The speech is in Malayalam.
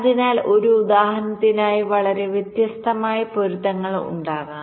അതിനാൽ ഈ ഉദാഹരണത്തിനായി വളരെ വ്യത്യസ്തമായ പൊരുത്തങ്ങൾ ഉണ്ടാകാം